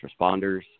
responders